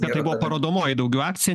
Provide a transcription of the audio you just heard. tai buvo parodomoji daugiau akcija